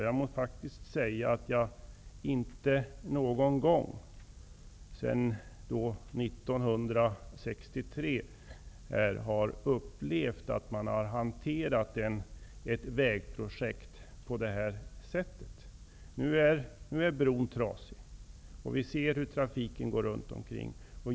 Jag måste faktiskt säga att jag inte någon gång sedan 1963 har upplevt att man har hanterat ett vägprojekt på det här sättet. Nu är den gamla bron trasig, och vi ser hur trafiken går runt omkring.